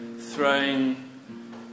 throwing